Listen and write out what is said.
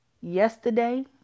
yesterday